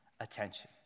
attention